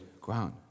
ground